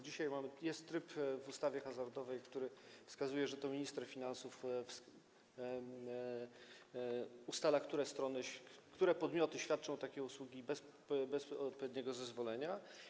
Dzisiaj jest tryb w ustawie hazardowej, który wskazuje, że to minister finansów ustala, które strony, które podmioty świadczą takie usługi bez odpowiedniego zezwolenia.